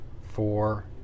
four